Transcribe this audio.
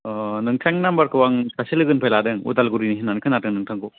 अ नोंथांनि नाम्बारखौ आं सासे लोगोनिफ्राय लादों उदालगिरिनि होननानै खोनादों नोंथांखौ